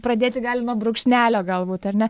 pradėti gali nuo brūkšnelio galbūt ar ne